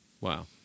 Wow